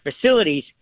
facilities